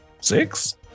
six